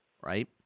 right